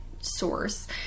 source